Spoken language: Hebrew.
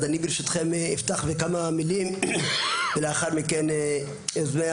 ברשותכם אני אפתח בכמה מילים ולאחר מכן יוזמי